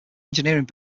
engineering